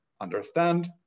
understand